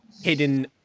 hidden